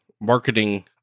marketing